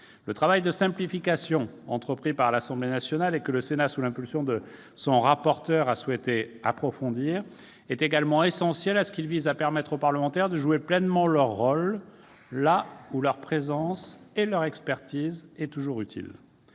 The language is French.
Le travail de simplification entrepris par l'Assemblée nationale et que le Sénat, sous l'impulsion de son rapporteur, a souhaité approfondir est essentiel également en ce qu'il vise à permettre aux parlementaires de jouer pleinement leur rôle, là où leur présence et leur expertise sont utiles.